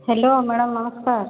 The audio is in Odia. ହ୍ୟାଲୋ ମ୍ୟାଡ଼ମ ନମସ୍କାର